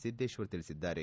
ಸಿದ್ದೇಶ್ವರ್ ತಿಳಿಸಿದ್ದಾರೆ